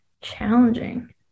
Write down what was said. challenging